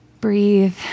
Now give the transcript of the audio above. Breathe